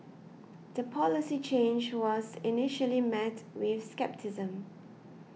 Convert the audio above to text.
the policy change was initially met with scepticism